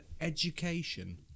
education